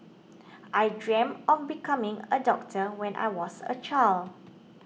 I dreamt of becoming a doctor when I was a child